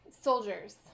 soldiers